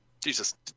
Jesus